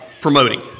promoting